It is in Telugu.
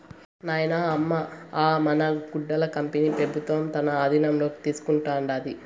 నాయనా, అమ్మ అ మన గుడ్డల కంపెనీ పెబుత్వం తన ఆధీనంలోకి తీసుకుంటాండాది